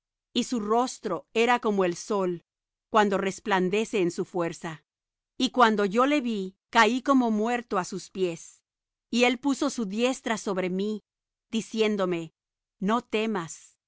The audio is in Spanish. y su rostro era como el sol cuando resplandece en su fuerza y fpicuando yo le vi caí como muerto á sus pies y él puso su diestra sobre mí diciéndome no temas